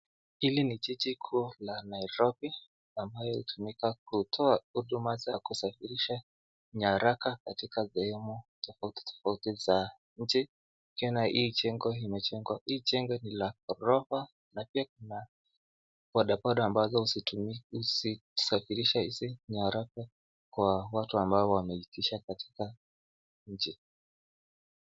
Hili ni jiji kuu la Nairobi ambayo hutumika kutoa huduma za kusafirisha nyaraka katika sehemu tafauti tafauti za nchi. Tena hii jengo imejengwa hii jengo ni ya ghorofa na pia kuna bodaboda ambazo huzitumi huzisafirisha hizi nyaraka kwa watu ambao wameitisha katika nchi.